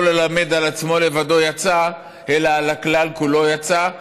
לא ללמד על עצמו לבדו יצא אלא על הכלל כולו יצא.